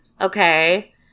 Okay